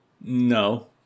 no